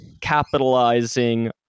capitalizing